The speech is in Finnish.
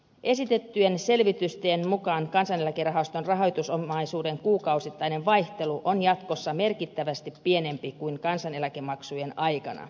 esitettyjen selvitysten mukaan kansaneläkerahaston rahoitusomaisuuden kuukausittainen vaihtelu on jatkossa merkittävästi pienempi kuin kansaneläkemaksujen aikana